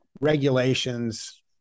regulations